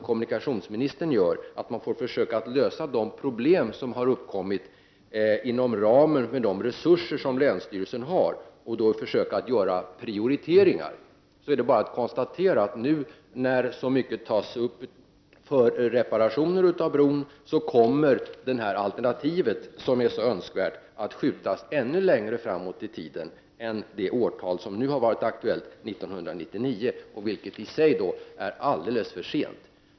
Kommunikationsministern säger här att vi får försöka lösa de problem som har uppkommit inom ramen för de resurser som länsstyrelsen har och försöka göra prioriteringar. Vi kan då bara konstatera att när nu så mycket tas upp för reparationer av denna bro kommer det alternativ som är så önskvärt att skjutas ännu längre framåt i tiden. Det årtal som har varit aktuellt är 1999, vilket i sig är alldeles för sent.